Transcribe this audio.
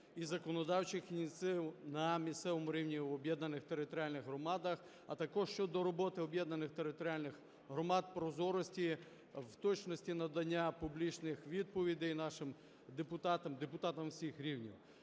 їх законодавчих ініціатив на місцевому рівні в об'єднаних територіальних громадах, а також щодо роботи об'єднаних територіальних громад, прозорості, в точності надання публічних відповідей нашим депутатам, депутатам всіх рівнів.